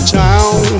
town